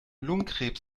lungenkrebs